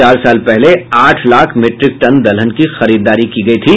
चार साल पहले आठ लाख मिट्रिक टन दलहन की खरीदारी की गयी थी